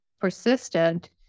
persistent